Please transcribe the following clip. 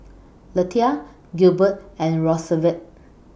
Lethia Gilbert and Rosevelt